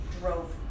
drove